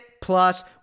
plus